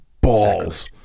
balls